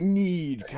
need